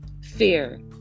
Fear